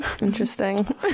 Interesting